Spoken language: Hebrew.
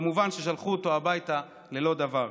כמובן ששלחו אותו הביתה ללא דבר.